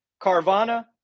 Carvana